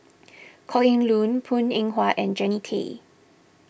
Kok Heng Leun Png Eng Huat and Jannie Tay